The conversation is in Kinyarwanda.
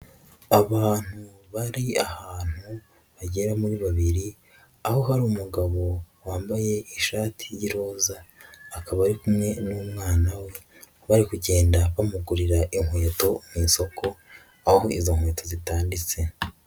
Abantu bari ahantu bagera muri babiri aho hari umugabo wambaye ishati y'iroza, akaba ari kumwe n'umwana we bari kugenda bamugurira inkweto mu isoko aho izo nkweto zitambitse.